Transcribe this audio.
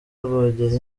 rwogera